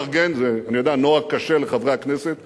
בסדר, חבר הכנסת רותם.